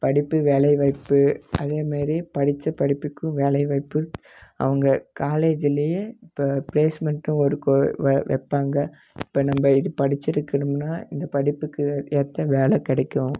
படிப்பு வேலை வாய்ப்பு அதே மாதிரி படித்த படிப்புக்கும் வேலை வாய்ப்பு அவங்க காலேஜுலேயே இப்போ பிளேஸ்மெண்ட்டும் ஒரு கோ வ வைப்பாங்க இப்போ நம்ம இது படித்திருக்கணும்னா இந்த படிப்புக்கு ஏற்ற வேலை கிடைக்கும்